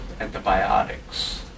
antibiotics